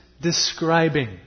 describing